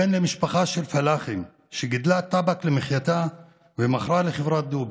בן למשפחה של פלאחים שגידלה טבק למחייתה ומכרה לחברת דובק.